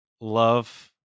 Love